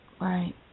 Right